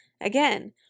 Again